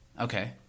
Okay